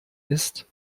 ist